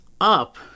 up